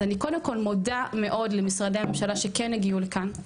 אז אני קודם כל מודה למשרדי הממשלה שכן הגיעו לכאן,